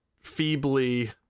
feebly